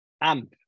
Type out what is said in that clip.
AMP